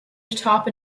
atop